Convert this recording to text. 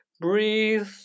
breathe